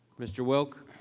mr. welk.